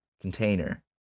container